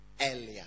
earlier